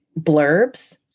blurbs